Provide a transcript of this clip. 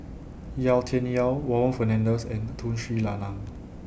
Yau Tian Yau Warren Fernandez and Tun Sri Lanang